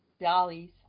Dollies